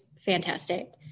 fantastic